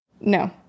No